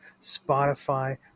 Spotify